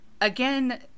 again